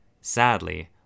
Sadly